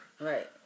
Right